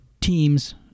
teams